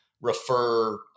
refer